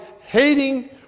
hating